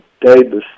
Davis